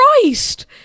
Christ